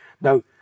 Now